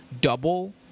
double